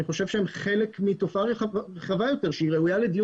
אני חושב שהם חלק מתופעה רחבה יותר שראויה לדיון